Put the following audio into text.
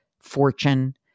fortune